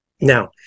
Now